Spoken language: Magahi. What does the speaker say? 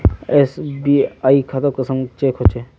एस.बी.आई खाता कुंसम चेक होचे?